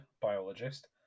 biologist